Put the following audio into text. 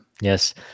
Yes